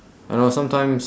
I know sometimes